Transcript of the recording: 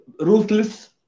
ruthless